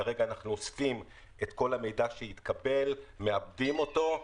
כרגע אנחנו אוספים את כל המידע שהתקבל ומעבדים אותו.